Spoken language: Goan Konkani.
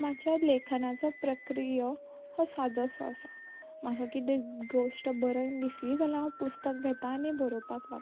म्हाज्या लेखनाचो प्रक्रिय हो सादोसो आसा म्हाका कितें गोश्ट बरयन दिसली जाल्या हांव पुस्तक घेतां आनी बरोपाक लागतां